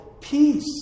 Peace